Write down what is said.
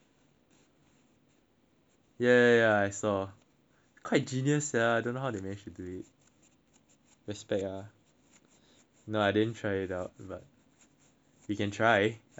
ya ya ya I saw quite genius sia I don't know how they make you do it respect ah no I didn't try it out but we can try I don't mind